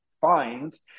find